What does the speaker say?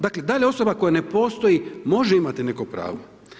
Dakle, da li je osoba koja ne postoji može imati neko pravo?